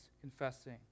confessing